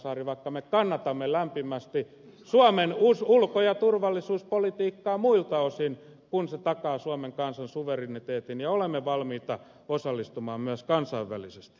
jaakonsaari vaikka me kannatamme lämpimästi suomen ulko ja turvallisuuspolitiikkaa muilta osin kun se takaa suomen kansan suvereniteetin ja olemme valmiita osallistumaan myös kansainvälisesti